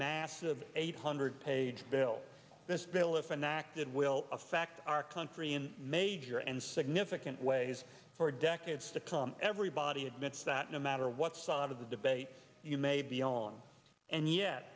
massive eight hundred page bill this bill if enacted will affect our country in major and significant ways for decades to come everybody admits that no matter what side of the debate you may be on and yet